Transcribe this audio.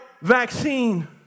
Vaccine